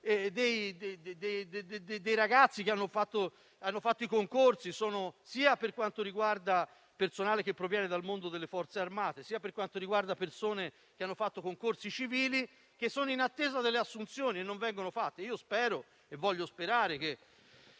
dei ragazzi che hanno fatto i concorsi sia per quanto riguarda il personale che proviene dal mondo delle Forze armate sia per quanto riguarda persone che hanno fatto concorsi civili e sono in attesa delle assunzioni che invece non vengono fatte. Voglio sperare che